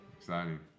Exciting